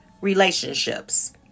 relationships